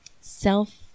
self